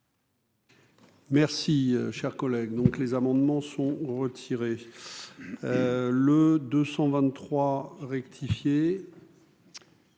Merci, cher collègue, donc les amendements sont retirés le 223 rectifié.